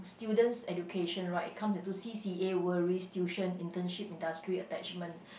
students' education right comes into C_C_A worries tuition internship industrial attachment